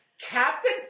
Captain